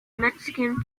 mexican